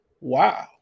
Wow